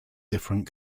different